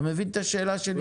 אתה מבין את השאלה שלי, גיל?